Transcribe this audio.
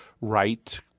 right